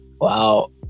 wow